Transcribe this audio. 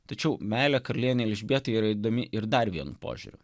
tačiau meilė karalienei elžbietai yra įdomi ir dar vienu požiūriu